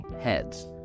heads